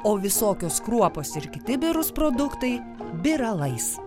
o visokios kruopos ir kiti birūs produktai biralais